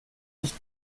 nicht